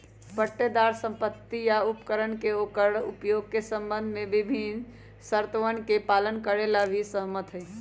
पट्टेदार संपत्ति या उपकरण के ओकर उपयोग के संबंध में विभिन्न शर्तोवन के पालन करे ला भी सहमत हई